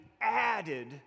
added